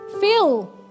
fill